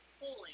pulling